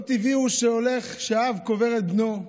לא טבעי הוא שאב קובר את בנו,